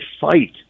fight